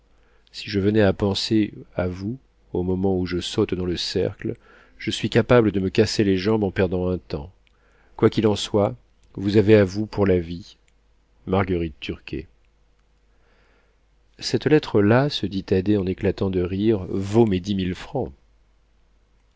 si je venais à penser à vous au moment où je saute dans le cercle je suis capable de me casser les jambes en perdant un temps quoi qu'il en soit vous avez à vous pour la vie marguerite turquet cette lettre là se dit thaddée en éclatant de rire vaut mes dix mille francs